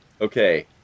Okay